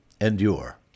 endure